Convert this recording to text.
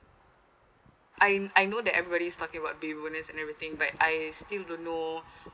I I know that everybody talking about baby bonus and everything but I still don't know